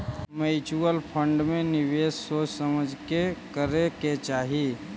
mutual fund में निवेश सोच समझ के करे के चाहि